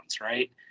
right